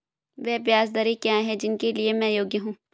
वे ब्याज दरें क्या हैं जिनके लिए मैं योग्य हूँ?